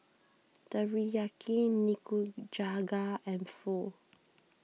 Teriyaki Nikujaga and Pho